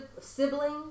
sibling